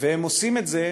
והם עושים את זה